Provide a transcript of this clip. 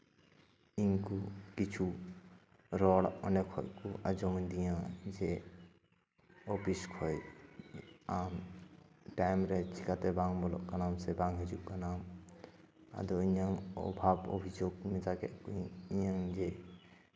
ᱤᱧ ᱠᱚ ᱠᱤᱪᱷᱩ ᱨᱚᱲ ᱚᱸᱰᱮ ᱠᱷᱚᱱ ᱠᱚ ᱟᱸᱡᱚᱢ ᱟᱹᱫᱤᱧᱟᱹ ᱚᱯᱷᱤᱥ ᱠᱷᱚᱱ ᱟᱢ ᱴᱟᱭᱤᱢ ᱨᱮ ᱪᱤᱠᱟᱹ ᱛᱮ ᱵᱟᱢ ᱵᱚᱞᱚᱜ ᱠᱟᱱᱟ ᱥᱮ ᱵᱟᱝ ᱦᱤᱡᱩᱜ ᱠᱟᱱᱟᱢ ᱟᱫᱚ ᱤᱧᱟᱹᱜ ᱚᱵᱷᱟᱵ ᱚᱵᱷᱤᱡᱳᱜᱽ ᱢᱮᱛᱟ ᱠᱮᱫ ᱠᱚᱣᱟᱹᱧ ᱤᱧᱟᱹᱝ ᱡᱮ